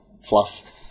fluff